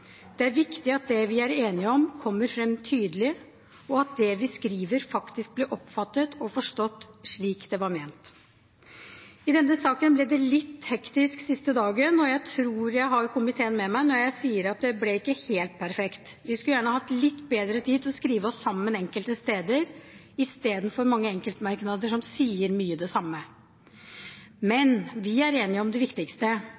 Det er viktig at det vi er enige om, kommer tydelig fram, og at det vi skriver, blir oppfattet og forstått slik det var ment. I denne saken ble det litt hektisk den siste dagen – jeg tror jeg har komiteen med meg når jeg sier at det ble ikke helt perfekt. Vi skulle gjerne hatt litt bedre tid til å skrive oss sammen enkelte steder, istedenfor mange enkeltmerknader som mye sier det samme. Men vi er enige om det viktigste,